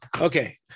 Okay